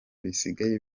bisigaye